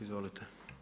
Izvolite.